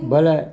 ବୋଲେ